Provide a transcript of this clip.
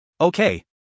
Okay